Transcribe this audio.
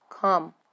Come